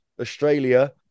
Australia